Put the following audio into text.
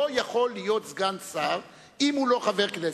לא יכול להיות סגן שר שהוא לא חבר הכנסת.